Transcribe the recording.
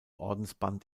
ordensband